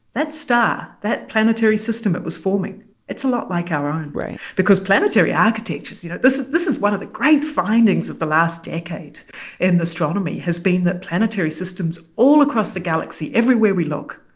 that star, that planetary system it was forming it's a lot like our own. ah and right. because planetary architectures, you know this is this is one of the great findings of the last decade in astronomy has been that planetary systems all across the galaxy, everywhere we look,